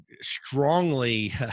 strongly